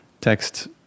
text